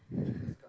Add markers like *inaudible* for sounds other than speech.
*breath*